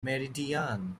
meridian